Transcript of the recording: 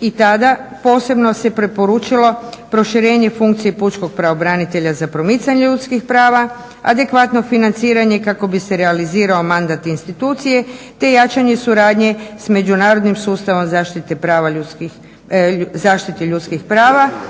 i tada posebno se preporučilo proširenje funkcije pučkog pravobranitelja za promicanje ljudskih prava, adekvatno financiranje kako bi se realizirao mandat institucije, te jačanje suradnje s međunarodnim sustavom zaštite ljudskih prava,